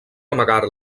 amagar